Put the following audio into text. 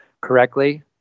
correctly